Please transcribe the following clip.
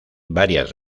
varias